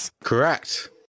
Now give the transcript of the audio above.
Correct